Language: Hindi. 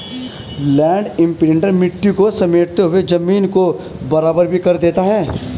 लैंड इम्प्रिंटर मिट्टी को समेटते हुए जमीन को बराबर भी कर देता है